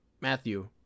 matthew